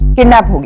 kidnapped.